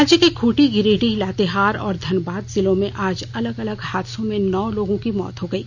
राज्य के खूंटी गिरिडीह लातेहार और धनबाद जिलों में आज अलग अलग हादसों में नौ लोगों की मौत हो गयी